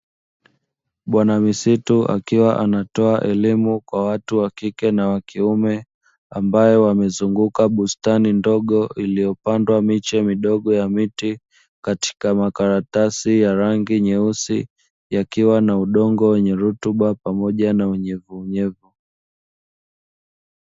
Bwana misitu akiwa anatoa elimu kwa watu wa kike na wa kiume, ambayo wamezunguka bustani ndogo iliyopandwa miche midogo ya miti. Katika makaratasi ya rangi nyeusi, yakiwa na udongo wenye rutuba pamoja na unyevunyevu.